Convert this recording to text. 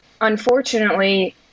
unfortunately